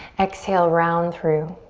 exhale, round through.